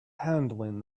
handling